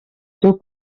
seu